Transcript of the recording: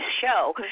show